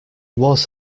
was